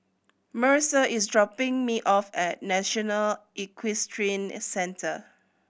Mercer is dropping me off at National Equestrian Centre